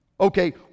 Okay